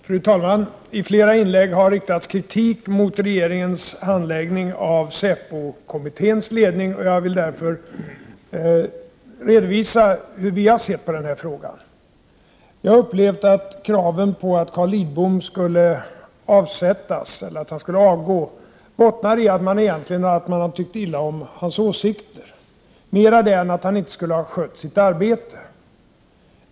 Fru talman! I flera inlägg har det riktats kritik mot regeringens handläggning av frågan om SÄPO-kommitténs ledning. Jag vill därför redovisa hur vi har sett på den frågan. Jag har upplevt att kraven på att Carl Lidbom skall avgå egentligen bottnar mera i att man har tyckt illa om hans åsikter än i att han inte skulle ha skött sitt arbete.